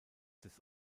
des